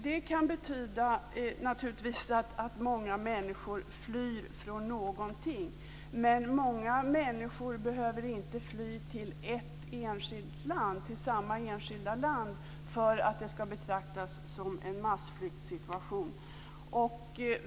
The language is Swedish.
Det kan betyda att många människor flyr från någonting. Men många människor behöver inte fly till samma enskilda land för att det ska betraktas som en massflyktssituation.